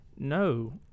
No